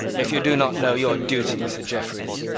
if you do not know your duty, said jeffreys,